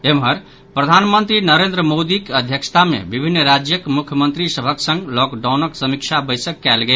एम्हर प्रधानमंत्री नरेंद्र मोदीक अध्यक्षता मे विभिन्न राज्यक मुख्यमंत्री सभक संग लॉकडाउनक समीक्षा बैसक कयल गेल